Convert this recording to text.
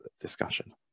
discussion